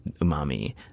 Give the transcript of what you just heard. umami